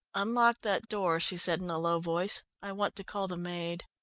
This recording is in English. unlock that door, she said in a low voice, i want to call the maid.